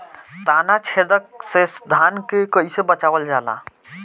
ताना छेदक से धान के कइसे बचावल जाला?